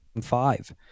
five